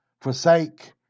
Forsake